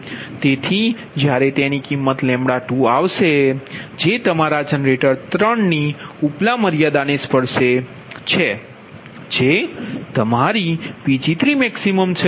તેથી જ્યારે તેની કિંમત 2 આવશે જે તમારા જનરેટર 3 ની ઉપલા મર્યાદાને સ્પર્શે છે જે તમારીPg3max છે